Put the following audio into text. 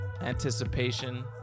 anticipation